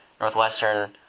Northwestern